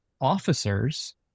officers